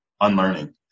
unlearning